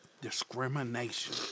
discrimination